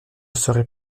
serai